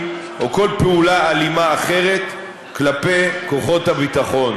או כל פעולה אלימה אחרת כלפי כוחות הביטחון.